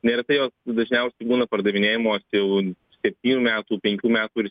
neretai jos dažniausiai būna pardavinėjamos jau septynių metų penkių metų ir